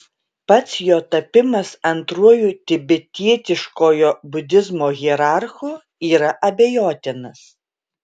pats jo tapimas antruoju tibetietiškojo budizmo hierarchu yra abejotinas